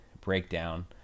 breakdown